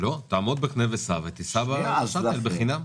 תעמוד בחנה וסע ותיסע בהסעות בחינם.